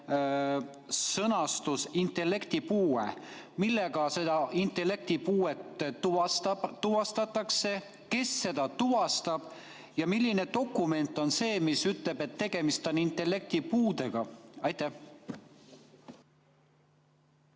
sõnastus: intellektipuue. Millega seda intellektipuuet tuvastatakse, kes seda tuvastab ja milline dokument on see, mis ütleb, et tegemist on intellektipuudega?